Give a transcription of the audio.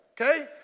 okay